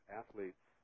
athletes